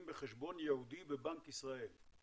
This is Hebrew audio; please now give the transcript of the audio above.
בחשבון ייעודי בבנק ישראל.